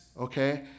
okay